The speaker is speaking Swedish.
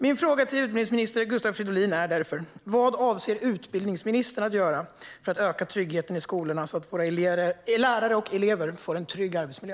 Min fråga till utbildningsminister Gustav Fridolin är därför: Vad avser utbildningsministern att göra för att öka tryggheten i skolorna, så att våra lärare och elever får en trygg arbetsmiljö?